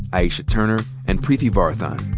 aisha turner, and preeti varathan.